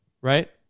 right